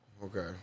Okay